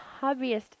hobbyist